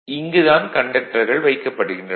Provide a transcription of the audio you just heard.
இங்கு தான் கண்டக்டர்கள் வைக்கப்படுகின்றன